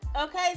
Okay